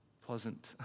pleasant